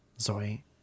Zoe